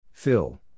Phil